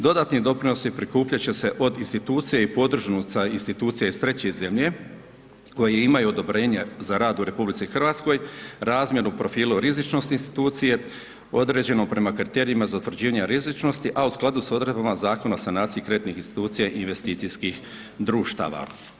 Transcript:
Dodatni doprinosi prikupljat će se od institucija i podružnica institucija iz treće zemlje koje imaju odobrenje za rad u RH, razmjeru profilu rizičnosti institucije, određeno prema kriterijima za utvrđivanje rizičnosti, a u skladu s odredbama Zakona o sanaciji kreditnih institucija i investicijskih društava.